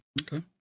Okay